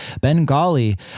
Bengali